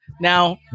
Now